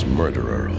murderer